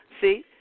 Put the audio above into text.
See